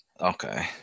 okay